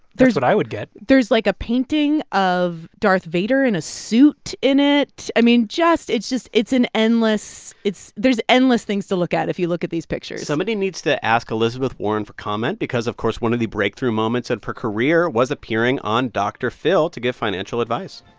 what i would get there's, like, a painting of darth vader in a suit in it. i mean, just it's just it's an endless it's there's endless things to look at if you look at these pictures somebody needs to ask elizabeth warren for comment because, of course, one of the breakthrough moments of her career was appearing on dr. phil to give financial advice.